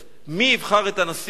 מי יבחר את הנשיא הבא?